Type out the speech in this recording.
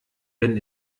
wenn